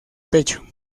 pecho